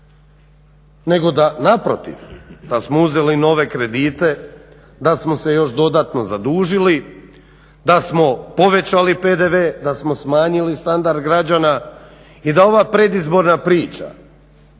nego da naprotiv da smo uzeli nove kredite, da smo se još dodatno zadužili, da smo povećali PDV, da smo smanjili standard građana i da ova predizborna priča